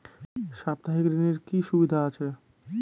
সাপ্তাহিক ঋণের কি সুবিধা আছে?